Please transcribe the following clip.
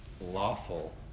lawful